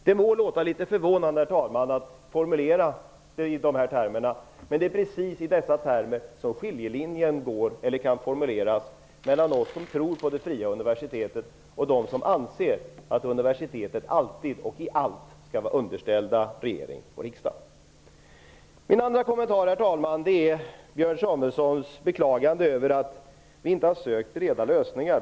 Det må låta litet förvånande, herr talman, att formulera sig i dessa termer, men det är precis i dessa termer som skiljelinjen kan formuleras mellan oss som tror på det fria universitetet och dem som anser att universitetet alltid och i allt skall vara underställt regering och riksdag. Den andra kommentaren, herr talman, gäller Björn Samuelsons beklagande över att vi inte har sökt breda lösningar.